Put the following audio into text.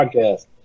podcast